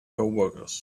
coworkers